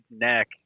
neck